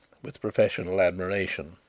with professional admiration.